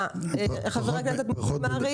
חבר הכנסת מרעי,